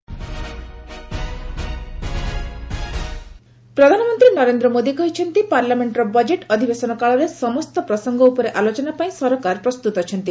PM budget session ପ୍ରଧାନମନ୍ତ୍ରୀ ନରେନ୍ଦ୍ର ମୋଦୀ କହିଛନ୍ତି ପାର୍ଲାମେଣ୍ଟର ବଜେଟ୍ ଅଧିବେଶନ କାଳରେ ସମସ୍ତ ପ୍ରସଙ୍ଗ ଉପରେ ଆଲୋଚନା ପାଇଁ ସରକାର ପ୍ରସ୍ତୁତ ଅଛନ୍ତି